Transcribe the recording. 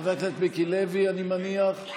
חבר הכנסת מיקי לוי, אני מניח,